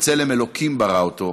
בצלם אלוקים ברא אותו,